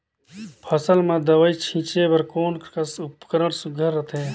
फसल म दव ई छीचे बर कोन कस उपकरण सुघ्घर रथे?